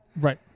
Right